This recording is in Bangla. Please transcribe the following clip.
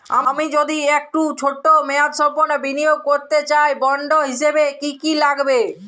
আমি যদি একটু ছোট মেয়াদসম্পন্ন বিনিয়োগ করতে চাই বন্ড হিসেবে কী কী লাগবে?